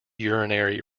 urinary